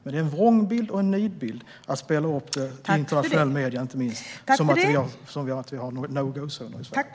Men man ger en vrångbild och en nidbild inte minst i internationella medier om man säger att vi har no-go-zoner i Sverige.